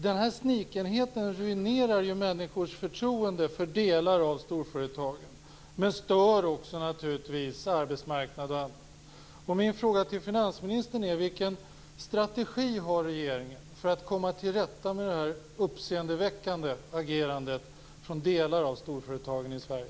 Denna snikenhet ruinerar människors förtroende för delar av storföretagen, men det stör naturligtvis också arbetsmarknaden. Sverige?